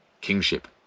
kingship